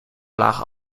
lagen